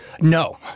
No